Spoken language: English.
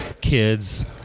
kids